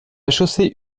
chaussée